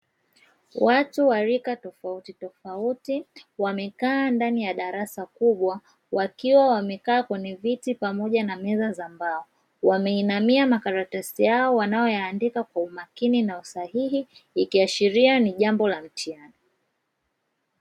Watu wa rika tofauti tofauti wamekaa ndani ya darasa kubwa wakiwa wamekaa kwenye viti pamoja na meza za mbao, wameinamia makaratasi yao wanayoyaandika kwa umakini na usahihi, ikiashiria ni jambo la mtihani.